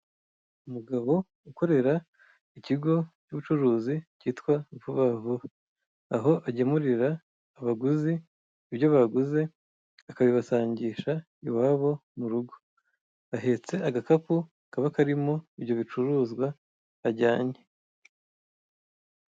Umugabo ukorera ikigo cy'ubucuruzi cyitwa Vuba vuba, aho agemurira abaguzi ibyo baguze akabibasangisha iwabo mu rugo, ahetse agakapu kaba karimo ibyo bicuruzwa ajyanye.